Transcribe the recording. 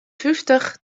fyftich